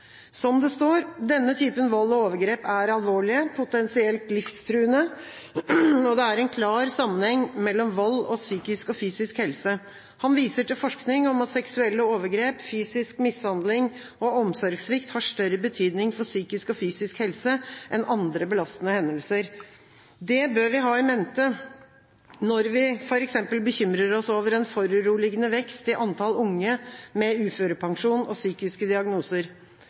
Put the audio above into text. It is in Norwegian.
Som det står: Denne typen vold og overgrep er alvorlige, potensielt livstruende, og det er en klar sammenheng mellom vold og psykisk og fysisk helse. Han viser til forskning om at seksuelle overgrep, fysisk mishandling og omsorgssvikt har større betydning for psykisk og fysisk helse enn andre belastende hendelser. Det bør vi ha i mente når vi f.eks. bekymrer oss over en foruroligende vekst i antall unge med uførepensjon og psykiske diagnoser.